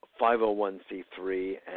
501c3